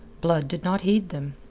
blood did not heed them.